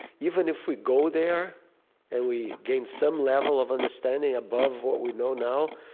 even if we go there and we gain some level of understanding above what we know now,